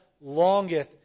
longeth